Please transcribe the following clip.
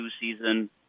season